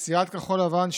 סיעת כחול לבן,